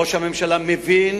ראש הממשלה מבין